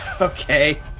Okay